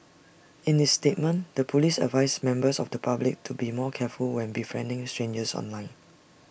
in its statement the Police advised members of the public to be more careful when befriending strangers online